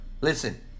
Listen